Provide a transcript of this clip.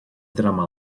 drama